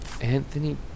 Anthony